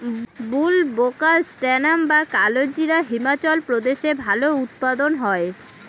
বুলবোকাস্ট্যানাম বা কালোজিরা হিমাচল প্রদেশে ভালো উৎপাদন হয়